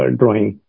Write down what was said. drawing